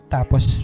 Tapos